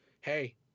hey